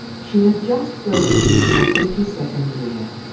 she had just broken into her fifty second year.